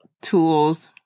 tools